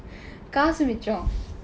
காசு மிச்சம்:kaasu michsam